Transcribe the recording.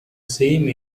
same